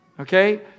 Okay